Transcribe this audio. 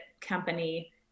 company